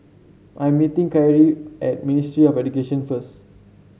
I am meeting Kyrie at Ministry of Education first